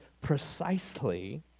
precisely